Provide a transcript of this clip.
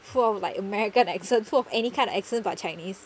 full of like american accent full of any kind of accent but chinese